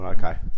Okay